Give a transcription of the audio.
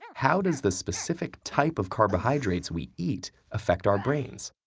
and how does the specific type of carbohydrates we eat affect our brains?